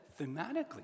thematically